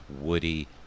Woody